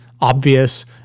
obvious